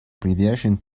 привержен